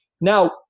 Now